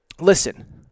Listen